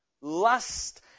lust